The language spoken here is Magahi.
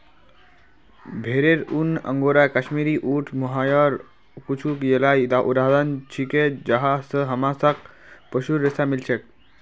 भेरेर ऊन, अंगोरा, कश्मीरी, ऊँट, मोहायर कुछू येला उदाहरण छिके जहाँ स हमसाक पशुर रेशा मिल छेक